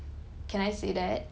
can I say that